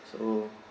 so